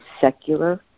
secular